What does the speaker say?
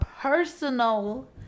personal